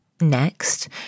Next